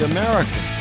American